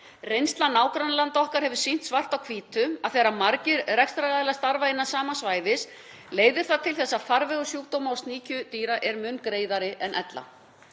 Reynsla nágrannalanda okkar hefur sýnt svart á hvítu að þegar margir rekstraraðilar starfa innan sama svæðis leiðir það til þess að farvegur sjúkdóma og sníkjudýra er mun greiðari en ella.